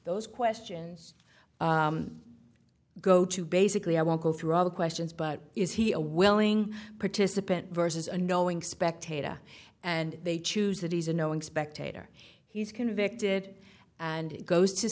those questions go to basically i won't go through all the questions but is he a willing participant versus a knowing spectator and they choose that he's a knowing spectator he's convicted and it goes to